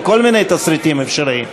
או כל מיני תסריטים אפשריים.